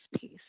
piece